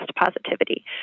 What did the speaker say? positivity